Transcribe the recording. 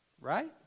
Right